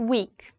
Week